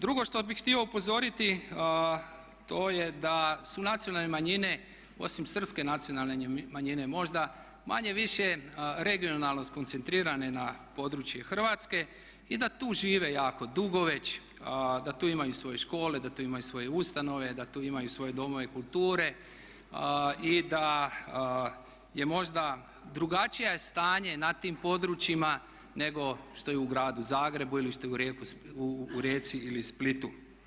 Drugo što bih htio upozoriti to je da su nacionalne manjine osim srpske nacionalne manjine možda manje-više regionalno skoncentrirane na područje Hrvatske i da tu žive jako dugo već, da tu imaju i svoje škole, da tu imaju svoje ustanove, da tu imaju i svoje domove kulture i da je možda drugačije je stanje na tim područjima nego što je u gradu Zagrebu ili što je u Rijeci ili u Splitu.